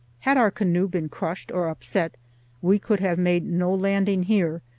had our canoe been crushed or upset we could have made no landing here,